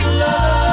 love